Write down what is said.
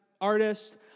artist